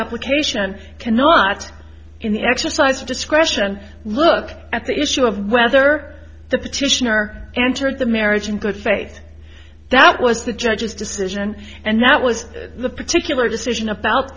application cannot in the exercise of discretion look at the issue of whether the petitioner entered the marriage in good faith that was the judge's decision and that was the particular decision about